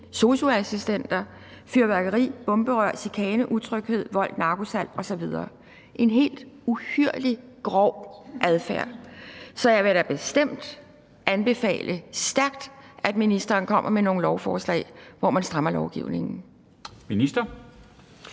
sosu-assistenter, fyrværkeri, bomberør, chikane, utryghed, vold, narkosalg osv. – en helt uhyrlig grov adfærd. Så jeg vil da bestemt anbefale stærkt, at ministeren kommer med nogle lovforslag, hvor man strammer lovgivningen.